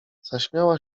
zaśmiała